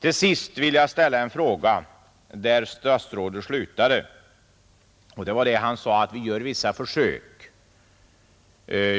Till sist vill jag ställa en fråga i anslutning till vad statsrådet sade i slutet av sitt anförande om att man gör vissa försök.